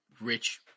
rich